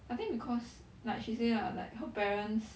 I think because like she say lah like her parents